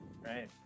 right